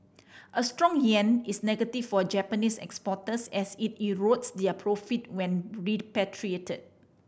a strong yen is negative for Japanese exporters as it erodes their profit when repatriated